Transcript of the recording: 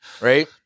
Right